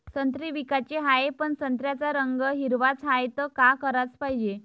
संत्रे विकाचे हाये, पन संत्र्याचा रंग हिरवाच हाये, त का कराच पायजे?